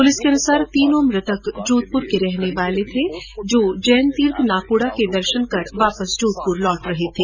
police के अनुसार तीनों मृतक जोधपुर के रहने वाले है जो जैन तीर्थ नाकोड़ा में दर्शन करके वापस जोधपुर लौट रहे थे